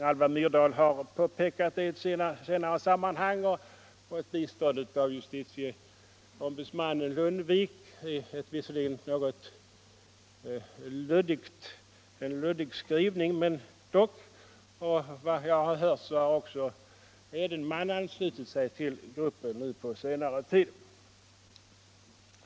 Alva Myrdal har påpekat det i ett senare sammanhang och fått stöd av justitieombudsmannen Lundvik i en visserligen något luddig skrivning. Efter vad jag hört har också Ragnar Edenman anslutit sig till gruppen nu på senare tid.